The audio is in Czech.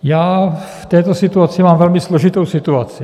Já v této situaci mám velmi složitou situaci.